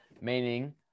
meaning